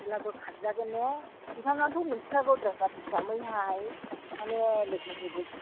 अब्लाबो खारजोंन ने नोंथाङाथ' मोन्थिखागौ ड्राइभार हिसाबैहाय माने लोगो दोगो